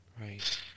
right